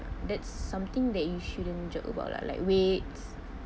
that's something that you shouldn't joke about lah like weights